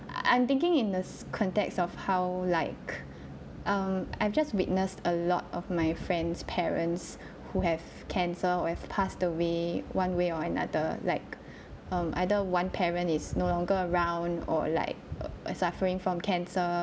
I'm thinking in this context of how like um I've just witnessed a lot of my friends' parents who have cancer who have passed away one way or another like um either one parent is no longer around or like err suffering from cancer